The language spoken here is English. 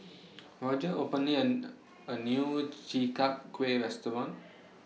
Roger openly and A New Chi Kak Kuih Restaurant